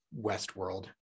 Westworld